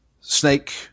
Snake